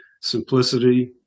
simplicity